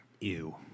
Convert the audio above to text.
Ew